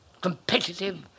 competitive